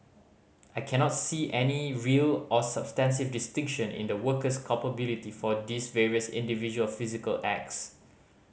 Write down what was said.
I cannot see any real or substantive distinction in the worker's culpability for these various individual physical acts